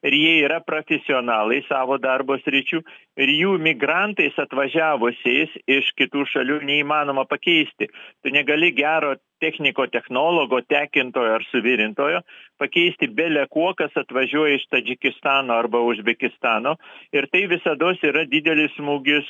ir jie yra prafisionalai savo darbo sričių ir jų migrantais atvažiavusiais iš kitų šalių neįmanoma pakeisti tu negali gero techniko technologo tekintojo ar suvirintojo pakeisti bele kuo kas atvažiuoja iš tadžikistano arba uzbekistano ir tai visados yra didelis smūgis